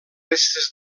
restes